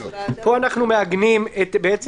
הפעילות בשטח תהיה של העירייה,